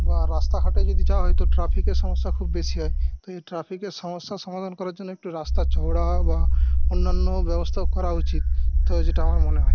বা রাস্তাঘাটে যদি যাওয়া হয় তো ট্রাফিকের সমস্যা খুব বেশি হয় তো এই ট্রাফিকের সমস্যা সমাধান করার জন্য একটু রাস্তা চওড়া বা অন্যান্য ব্যবস্থা করা উচিত তো যেটা আমার মনে হয়